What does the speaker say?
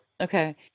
Okay